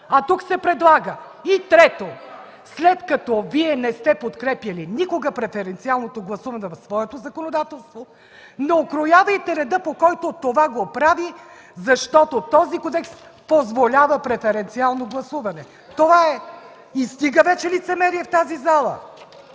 а тук се предлага? И трето, след като Вие не сте подкрепяли никога преференциалното гласуване в своето законодателство, не укорявайте реда, по който това го прави, защото този кодекс позволява преференциално гласуване. Това е! Стига вече лицемерие в тази зала!